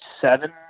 seven